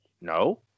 No